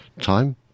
Time